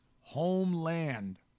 homeland